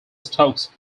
stokes